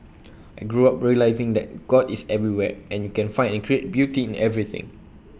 I grew up realising that God is everywhere and you can find and create beauty in everything